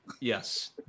Yes